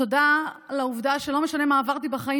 תודה על העובדה שלא משנה מה עברתי בחיים,